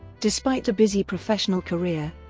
despite a busy professional career,